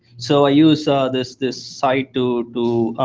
so i use ah this this site to to